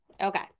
Okay